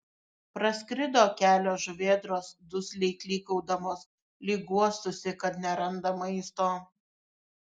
praskrido kelios žuvėdros dusliai klykaudamos lyg guostųsi kad neranda maisto